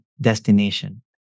destination